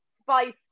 spice